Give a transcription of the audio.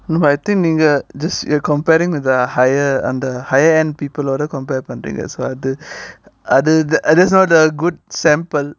no I think நீங்க:neenga this you are comparing with the higher and higher end people older compare பண்றீங்க அது:pandringa athu other uh just now the good sample